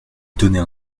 donner